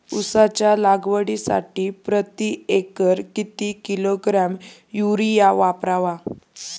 उसाच्या लागवडीसाठी प्रति एकर किती किलोग्रॅम युरिया वापरावा?